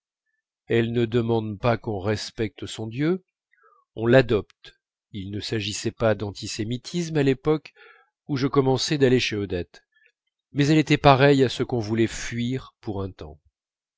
elle ne demande pas qu'on respecte son dieu on l'adopte il ne s'agissait pas d'antisémitisme à l'époque où je commençai d'aller chez odette mais elle était pareille à ce qu'on voulait fuir pour un temps